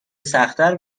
سختتر